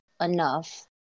enough